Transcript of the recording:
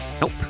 Nope